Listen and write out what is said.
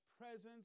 presence